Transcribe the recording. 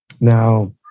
Now